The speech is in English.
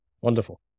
wonderful